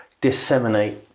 disseminate